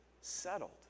settled